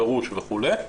גרוש וכו'.